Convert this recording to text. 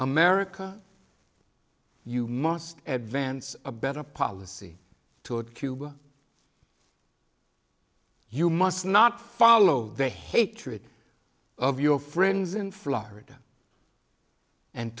america you must advance a better policy toward cuba you must not follow the hatred of your friends in florida and